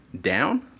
Down